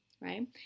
right